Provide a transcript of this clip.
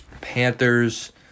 Panthers